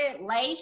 life